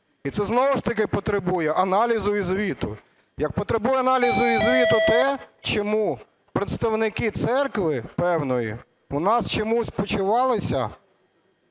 І це знову ж таки потребує аналізу і звіту, як потребує аналізу і звіту те, чому представники церкви певної у нас чомусь почувалися,